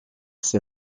ses